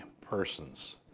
persons